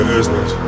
Business